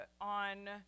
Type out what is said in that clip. on